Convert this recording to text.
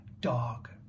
dog